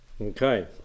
okay